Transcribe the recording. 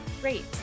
great